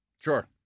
Sure